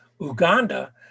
Uganda